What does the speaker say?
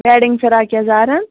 wedding frock یَزارَن